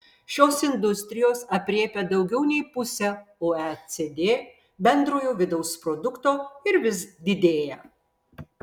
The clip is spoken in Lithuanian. šios industrijos aprėpia daugiau nei pusę oecd bendrojo vidaus produkto ir vis didėja